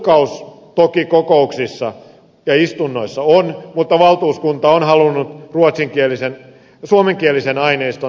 tulkkaus toki kokouksissa ja istunnoissa on mutta valtuuskunta on halunnut suomenkielisen aineiston lisäämistä